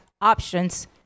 options